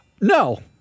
No